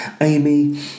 Amy